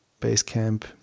Basecamp